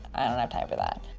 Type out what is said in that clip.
i don't have time for that.